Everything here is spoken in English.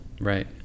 right